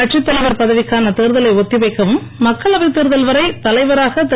கட்சித்தலைவர் பதவிக்கான தேர்தலை ஒத்தி வைக்கவும் மக்களவை தேர்தல் வரை தலைவராக திரு